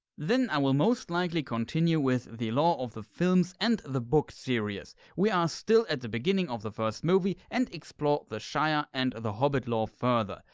then i will most likely continue with the lore of the film so and the books series. we are still at the beginning of the first movie and explore the shire and hobbit lore further.